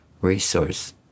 resource